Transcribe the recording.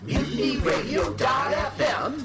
MutinyRadio.fm